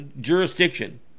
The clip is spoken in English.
jurisdiction